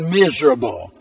miserable